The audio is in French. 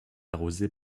arrosée